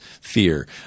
fear